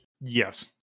Yes